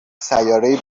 سیارهای